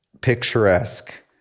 picturesque